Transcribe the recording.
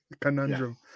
conundrum